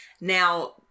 Now